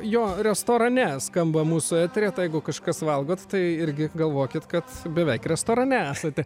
jo restorane skamba mūsų eteryje tai jeigu kažkas valgot tai irgi galvokit kad beveik restorane esate